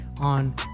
on